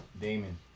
Damon